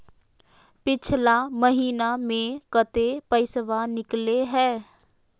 पिछला महिना मे कते पैसबा निकले हैं?